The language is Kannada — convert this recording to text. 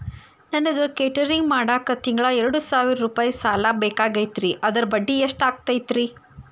ನನಗ ಕೇಟರಿಂಗ್ ಮಾಡಾಕ್ ತಿಂಗಳಾ ಎರಡು ಸಾವಿರ ರೂಪಾಯಿ ಸಾಲ ಬೇಕಾಗೈತರಿ ಅದರ ಬಡ್ಡಿ ಎಷ್ಟ ಆಗತೈತ್ರಿ?